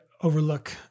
overlook